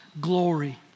glory